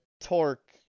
Torque